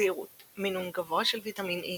זהירות מינון גבוה של ויטמין E